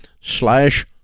slash